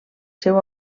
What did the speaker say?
seu